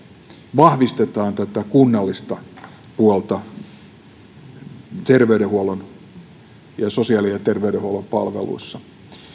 vahvistetaan kunnallista puolta sosiaali ja terveydenhuollon palveluissa